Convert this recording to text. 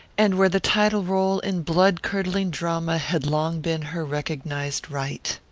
and where the title-role in blood-curdling drama had long been her recognized right.